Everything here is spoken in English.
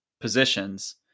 positions